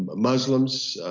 muslims,